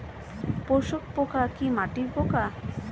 শোষক পোকা কি মাটির পোকা?